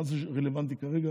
מה זה רלוונטי כרגע